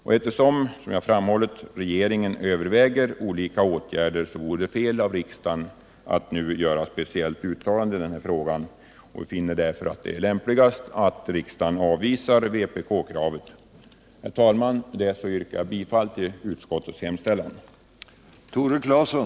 Men eftersom regeringen, som jag tidigare framhållit, överväger att vidta olika åtgärder, vore det fel av riksdagen att speciellt uttala sig i den här frågan. Det är alltså lämpligast att riksdagen avvisar vpk-kravet. Herr talman! Med detta yrkar jag bifall till utskottets hemställan.